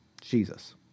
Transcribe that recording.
Jesus